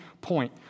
point